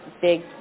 big